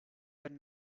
than